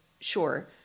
sure